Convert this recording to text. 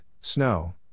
snow